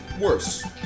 worse